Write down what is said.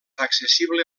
accessible